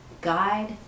guide